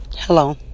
Hello